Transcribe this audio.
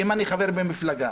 אם אני חבר במפלגה